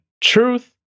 truth